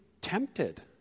tempted